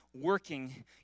working